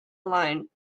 line